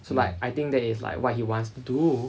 so like I think that is like what he wants to do